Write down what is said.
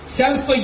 self